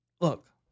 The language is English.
look